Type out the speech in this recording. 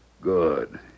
Good